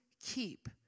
keep